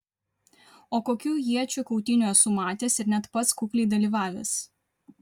o kokių iečių kautynių esu matęs ir net pats kukliai dalyvavęs